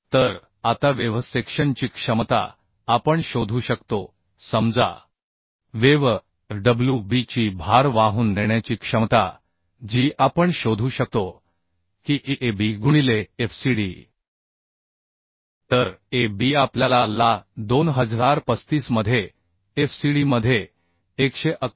तर आता वेव्ह सेक्शनची क्षमता आपण शोधू शकतो समजा वेव्ह Fwb ची भार वाहून नेण्याची क्षमता जी आपण शोधू शकतो की abगुणिले FCD तर a b आपल्याला ला 2035 मध्ये FCD मध्ये 111